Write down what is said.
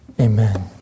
Amen